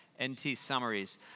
ntsummaries